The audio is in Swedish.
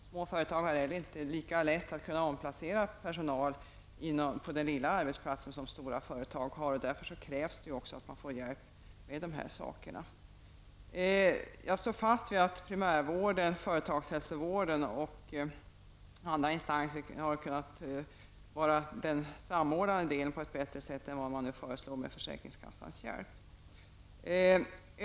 Småföretagare kan inte heller lika lätt omplacera personal på arbetsplatsen som stora företag kan. Därför krävs också att man får hjälp med dessa saker. Jag står fast vid att primärvården, företagshälsovården och andra instanser hade kunnat klara den samordnande delen på ett bättre sätt än såsom nu föreslås med försäkringkassans hjälp.